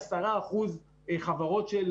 החקיקה הזאת עשתה מהפכה אמיתית במדינת ישראל,